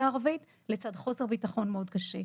הערבית לצד חוסר ביטחון תזונתי מאוד קשה.